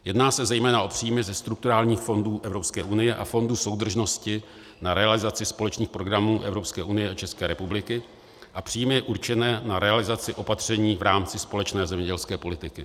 Jedná se zejména o příjmy ze strukturálních fondů Evropské unie a Fondu soudržnosti na realizaci společných programů Evropské unie a České republiky a příjmy určené na realizaci opatření v rámci společné zemědělské politiky.